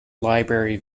library